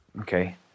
Okay